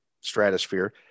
stratosphere